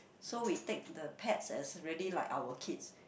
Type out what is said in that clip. so we take the pets as really like our kid